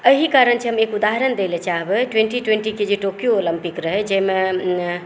एहि कारण छै हम एक उदहारण दै लए चाहबै ट्वेन्टी ट्वेन्टी के जे टोकियो ओलम्पिक रहै जाहिमे